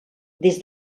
des